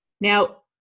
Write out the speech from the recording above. now